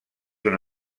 una